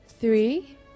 three